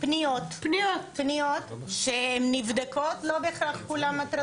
פניות שהן נבדקות, לא בהכרח כולן הטרדות מיניות.